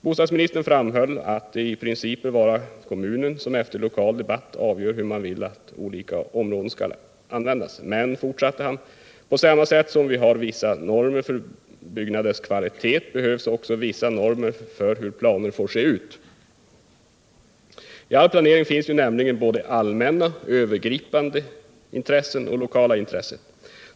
Bostadsministern framhöllatt det i princip bör vara kommunen som efter lokal debatt avgör hur man vill att olika områden skall användas. Men fortsatte han, på samma sätt som vi har vissa normer för byggnaders kvalitet behövs också vissa normer för hur planer får se ut. I all planering finns nämligen både allmänna, övergripande intressen och lokala intressen.